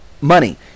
money